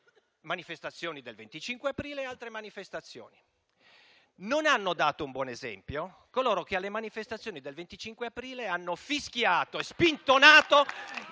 manifestazioni del 25 aprile e alle altre manifestazioni. Non hanno dato un buon esempio coloro che alle manifestazioni del 25 aprile hanno fischiato e spintonato